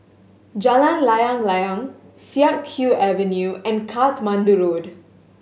Jalan Layang Layang Siak Kew Avenue and Katmandu Road